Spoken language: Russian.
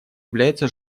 является